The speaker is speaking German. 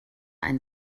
ein